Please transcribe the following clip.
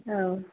औ